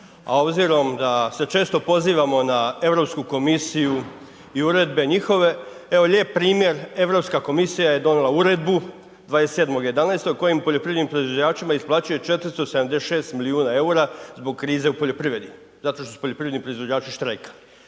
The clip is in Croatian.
A obzirom da se često pozivamo na EU komisiju i uredbe njihove, evo lijep primjer, EU komisija je donijela uredbu 27.11. kojim poljoprivrednim proizvođačima isplaćuje 476 milijuna eura zbog krize u poljoprivredi zato što su poljoprivredni proizvođači štrajkali.